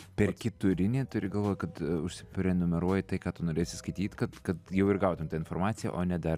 perki turinį turi galvoj kad užsiprenumeruoji tai ką tu norėsi skaityt kad kad jau ir gautum tą informaciją o ne dar